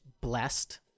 blessed